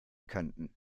könnten